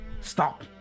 stop